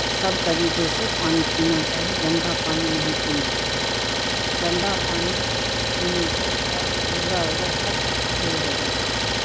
سب طریقے سے پانی پینا چاہی گندا پانی نہیں پینا چاہی گندا پانی پینے سے گردا اردا سب پھیر ہو جاتا ہے